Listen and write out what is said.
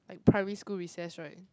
primary school recess right